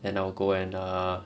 and I will go and err